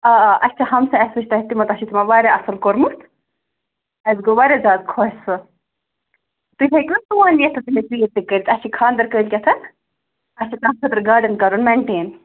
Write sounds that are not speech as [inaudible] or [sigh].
آ آ اَسہِ چھِ ہمساے اَسہِ وٕچھ تۄہہِ تِمَن تۄہہِ چھُ تِمَن واریاہ اَصٕل کوٚرمُت اَسہِ گوٚو واریاہ زیادٕ خۄش سُہ تُہۍ ہیٚکوٕ سون یِتھ تہٕ [unintelligible] دِیِو تُہۍ کٔرِتھ اَسہِ چھِ کھاندَر کٲلۍکٮ۪تھ اَسہِ چھُ تَمہِ خٲطرٕ گاڈَن کَرُن مٮ۪نٹین